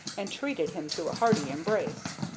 and treated him to a hearty embrace.